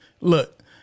look